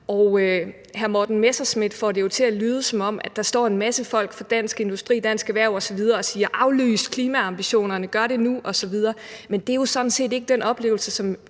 Hr. Morten Messerschmidt får det til at lyde, som om der står en masse folk i Dansk Industri, Dansk Erhverv osv. og siger: Aflys klimaambitionerne, gør det nu! Men det er sådan set ikke den oplevelse,